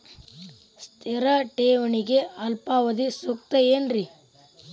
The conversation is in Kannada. ಸ್ಥಿರ ಠೇವಣಿಗೆ ಅಲ್ಪಾವಧಿ ಸೂಕ್ತ ಏನ್ರಿ?